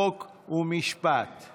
חוק ומשפט נתקבלה.